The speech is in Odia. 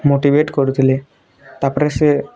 ମୋଟିଭେଟ୍ କରୁଥିଲେ ତା'ପରେ ସେ